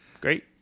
great